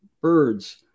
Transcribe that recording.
birds